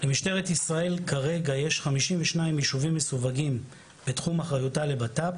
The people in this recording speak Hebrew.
למשטרת ישראל כרגע יש 52 יישובים מסווגים בתחום אחריותה לבט"פ,